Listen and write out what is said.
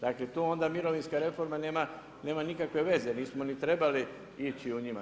Dakle, tu onda mirovinska reforma nema nikakve veze, nismo ni trebali ići u njima.